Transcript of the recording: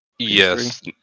Yes